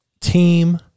team